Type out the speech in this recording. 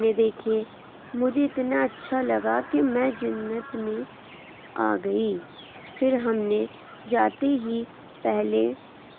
جھرنے دیکھے مجھے اتنا اچھا لگا کہ میں جنت میں آ گئی پھر ہم نے جاتے ہی پہلے